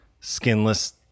skinless